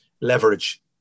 leverage